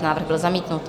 Návrh byl zamítnut.